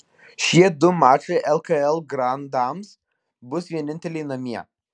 šie du mačai lkl grandams bus vieninteliai namie